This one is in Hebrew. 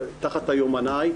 תחת היומנאי,